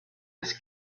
was